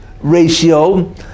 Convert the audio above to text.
ratio